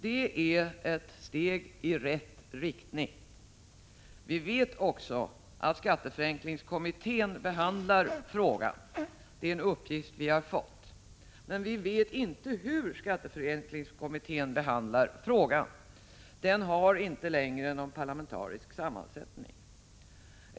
Det är ett steg i rätt riktning. Vi har också fått uppgift om att skatteförenklingskommittén behandlar frågan. Men vi vet inte hur skatteförenklingskommittén behandlar frågan, för den har inte längre någon parlamentarisk sammansättning.